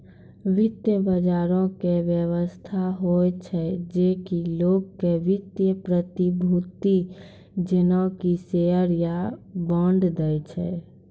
वित्त बजारो के व्यवस्था होय छै जे कि लोगो के वित्तीय प्रतिभूति जेना कि शेयर या बांड दै छै